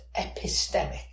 epistemic